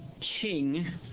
king